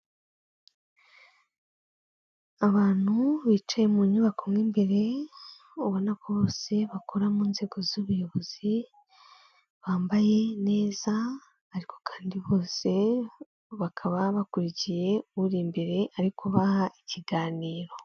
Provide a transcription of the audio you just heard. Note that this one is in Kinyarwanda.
Abantu bicaye mu nyubako mo imbere, ubona ko bose bakora mu nzego z'ubuyobozi, bambaye neza ariko kandi bose bakaba bakurikiye uri imbere ari kubaha ikiganiro.